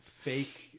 fake